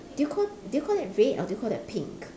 do you call do you call that red or do you call that pink